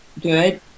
good